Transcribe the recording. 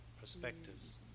perspectives